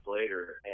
later